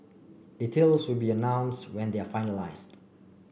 details will be announce when they are finalised